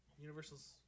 Universal's